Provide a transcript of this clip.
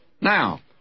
Now